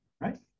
right